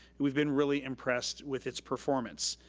we've been really impressed with its performance.